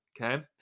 okay